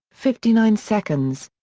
fifty nine seconds.